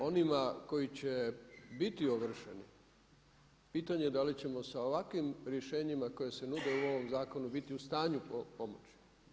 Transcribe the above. Onima koji će biti ovršeni pitanje da li ćemo sa ovakvim rješenjima koji se nude u ovom zakonu biti u stanju pomoći.